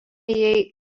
jai